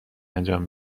انجام